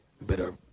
Better